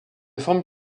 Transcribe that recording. forme